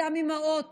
אותן אימהות